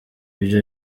ibyo